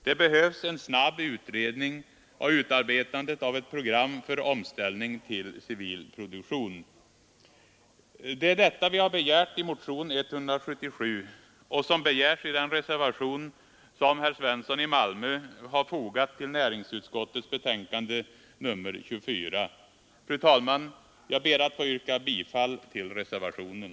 Det behövs en snabb utredning och utarbetandet av ett program för omställningen till civil produktion. Det är detta vi som begärt i motion 177 och som också begärs i den reservation som herr Svensson i Malmö fogat vid näringsutskottets betänkande nr 24. Fru talman! Jag ber att få yrka bifall till reservationen.